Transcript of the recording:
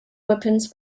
weapons